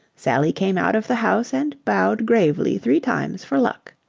sally came out of the house and bowed gravely three times for luck.